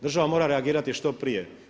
Država mora reagirati što prije.